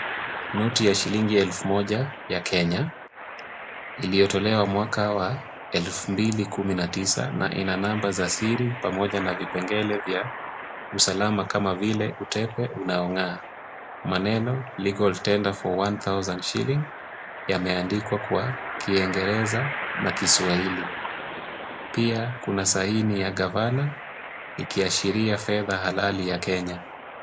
Noti ya shilingi elfu ya kenya, iliyotolewa mwaka wa elfu mbili kumi na tisa na ina namba za siri mapoja na vipengele vya usalama kama vile utepe unao ngaa. Maneno Legal Tender for One Thousand Shillings yameandikwa kwa kiengereza na kiswahili. pia kuna saini ya gorvenor ikihashiria fedha halali ya kenya.